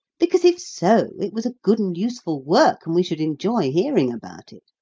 because, if so, it was a good and useful work, and we should enjoy hearing about it.